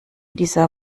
dieser